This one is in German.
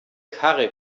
karre